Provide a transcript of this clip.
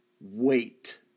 wait